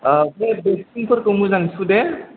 बे भेखसिनफोरखौ मोजां थुदे